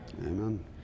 Amen